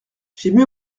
j’aime